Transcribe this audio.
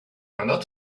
not